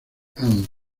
ann